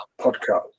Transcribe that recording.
podcast